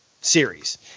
series